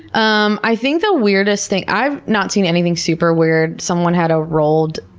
um i think the weirdest thing, i've not seen anything super weird. someone had a rolled,